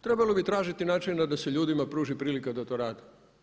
trebalo bi tražiti načina da se ljudima pruži prilika da to rade.